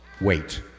wait